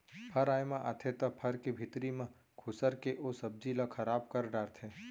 फर आए म आथे त फर के भीतरी म खुसर के ओ सब्जी ल खराब कर डारथे